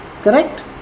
Correct